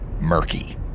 murky